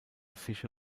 fische